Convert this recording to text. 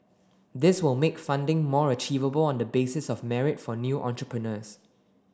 this will make funding more achievable on the basis of merit for new entrepreneurs